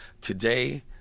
today